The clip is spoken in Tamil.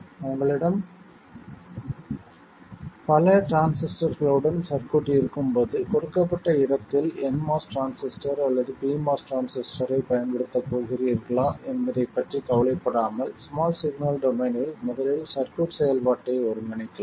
உங்களிடம் பல டிரான்சிஸ்டர்களுடன் சர்க்யூட் இருக்கும்போது கொடுக்கப்பட்ட இடத்தில் nMOS டிரான்சிஸ்டர் அல்லது pMOS டிரான்சிஸ்டரைப் பயன்படுத்தப் போகிறீர்களா என்பதைப் பற்றி கவலைப்படாமல் ஸ்மால் சிக்னல் டொமைனில் முதலில் சர்க்யூட் செயல்பாட்டை ஒருங்கிணைக்கலாம்